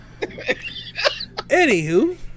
Anywho